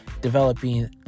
developing